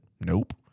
Nope